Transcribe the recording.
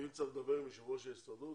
אם צריך לדבר עם יושב ראש ההסתדרות,